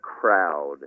crowd